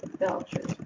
belcher's